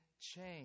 change